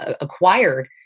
acquired